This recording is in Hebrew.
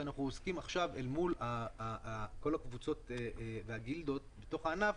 שאנחנו עוסקים עכשיו אל מול כל הקבוצות והגילדות בתוך הענף